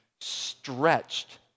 stretched